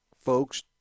folks